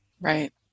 Right